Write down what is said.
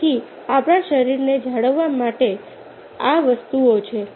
તેથી આપણા શરીરને જાળવવા માટે આ વસ્તુઓ છે